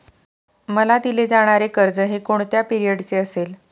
मला दिले जाणारे कर्ज हे कोणत्या पिरियडचे असेल?